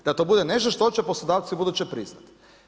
Da to bude nešto što će poslodavci ubuduće priznati.